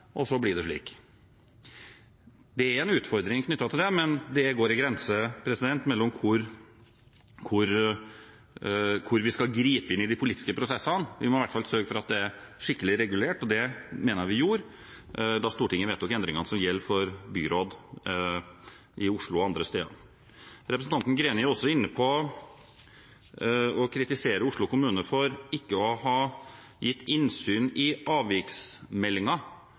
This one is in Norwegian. og så blir det slik. Det er en utfordring knyttet til det, men det går en grense for når vi skal gripe inn i de politiske prosessene. Vi må i hvert fall sørge for at det er skikkelig regulert, og det mener jeg vi gjorde da Stortinget vedtok endringene som gjelder for byråd i Oslo og andre steder. Representanten Greni kritiserer også Oslo kommune for ikke å ha gitt innsyn i